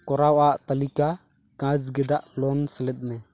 ᱠᱚᱨᱟᱣ ᱟᱜ ᱛᱟᱹᱞᱤᱠᱟ ᱠᱟᱸᱪ ᱜᱮᱫᱟᱜ ᱞᱳᱱ ᱥᱮᱞᱮᱫᱽ ᱢᱮ